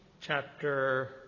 chapter